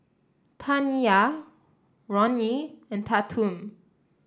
Taniyah Ronnie and Tatum